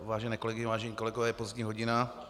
Vážené kolegyně, vážení kolegové, je pozdní hodina.